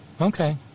Okay